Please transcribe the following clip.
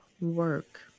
work